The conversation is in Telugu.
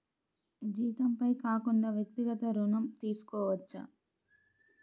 జీతంపై కాకుండా వ్యక్తిగత ఋణం తీసుకోవచ్చా?